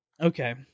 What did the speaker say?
okay